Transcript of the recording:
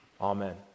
Amen